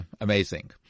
Amazing